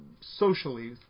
socially